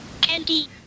candy